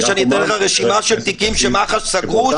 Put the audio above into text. שאני אתן לך רשימה של תיקים שמח"ש סגרו,